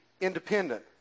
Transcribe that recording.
independent